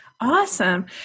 Awesome